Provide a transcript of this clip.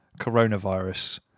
coronavirus